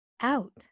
out